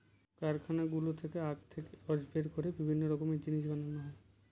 কারখানাগুলো থেকে আখ থেকে রস বের করে বিভিন্ন রকমের জিনিস বানানো হয়